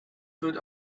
wird